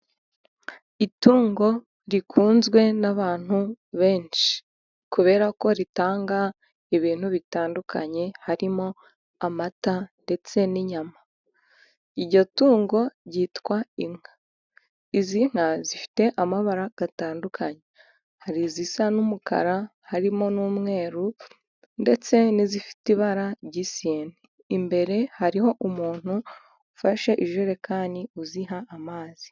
Itungo rikunzwe n'abantu benshi kubera ko ritanga ibintu bitandukanye: harimo amata ndetse n'inyama, iryo tungo ryitwa inka, izi nka zifite amabara atandukanye hari izisa n'umukara harimo n'umweru ndetse n'izifite ibara ry'isine imbere hariho umuntu ufashe ijerekani uziha amazi.